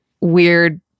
weird